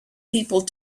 people